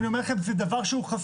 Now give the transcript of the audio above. אני אומר לכם זה דבר חסר.